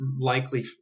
likely